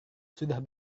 sudah